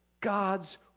God's